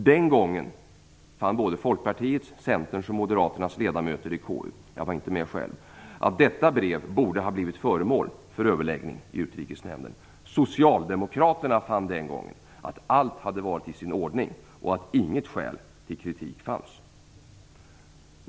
Den gången fann både Folkpartiets, Centerns och Moderaternas ledamöter i KU - jag var inte med själv - att detta brev borde ha blivit föremål för överläggning i Utrikesnämnden. Socialdemokraterna fann den gången att allt hade varit i sin ordning och att inget skäl till kritik fanns.